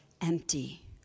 empty